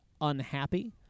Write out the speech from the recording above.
unhappy